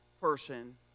person